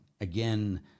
again